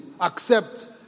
accept